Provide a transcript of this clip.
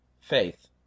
faith